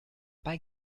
bei